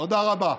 תודה רבה.